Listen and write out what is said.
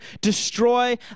destroy